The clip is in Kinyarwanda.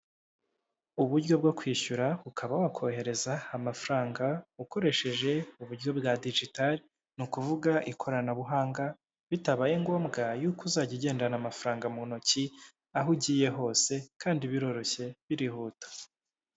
Uburyo bwo kwishyura ukaba wakohereza amafaranga ukoresheje uburyo bwa digitari, ni ukuvuga ikoranabuhanga bitabaye ngombwa yuko uzajya ugendana amafaranga mu ntoki, aho ugiye hose kandi biroroshye birihuta.